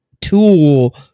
tool